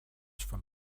from